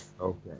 okay